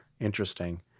interesting